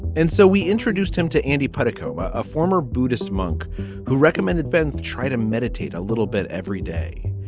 and so we introduced him to andy pettitte, koma, a former buddhist monk who recommended beenthe try to meditate a little bit every day.